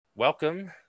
Welcome